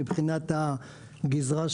מבחינת הגזרה שלנו,